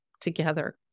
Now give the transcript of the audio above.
together